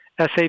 SAP